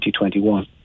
2021